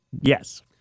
Yes